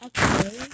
Okay